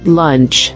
lunch